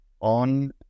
on